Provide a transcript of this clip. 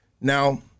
Now